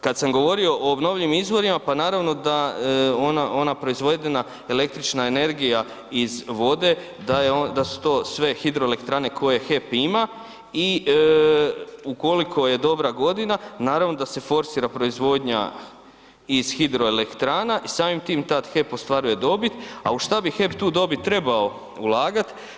Kad sam govorio o obnovljivim izvorima pa naravno da ona proizvedena električna energija iz vode da su to sve hidroelektrane koje HEP ima i ukoliko je dobra godina naravno da se forsira proizvodnja iz hidroelektrana i samim time tad HEP ostvaruje dobit a u šta bi HEP tu dobit trebao ulagati?